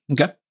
Okay